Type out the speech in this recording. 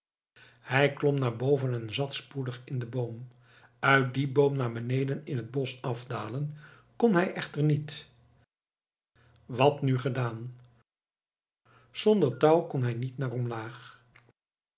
hij klom naar boven en zat spoedig in den boom uit dien boom naar beneden in het bosch afdalen kon hij echter niet wat nu gedaan zonder touw kon hij niet naar omlaag